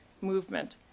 movement